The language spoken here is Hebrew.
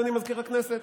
אדוני מזכיר הכנסת?